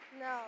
No